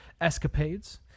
escapades